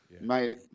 mate